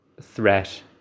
threat